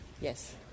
yes